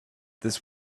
this